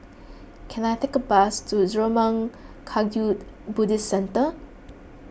can I take a bus to Zurmang Kagyud Buddhist Centre